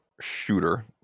shooter